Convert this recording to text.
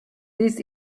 this